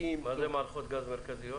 מה זה מערכות גז מרכזיות?